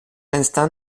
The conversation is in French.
l’instant